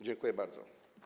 Dziękuję bardzo.